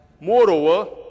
moreover